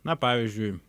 na pavyzdžiui